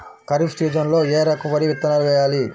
ఖరీఫ్ సీజన్లో ఏ రకం వరి విత్తనాలు వేయాలి?